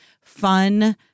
fun